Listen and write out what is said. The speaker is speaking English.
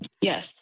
Yes